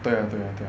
对啊对啊对啊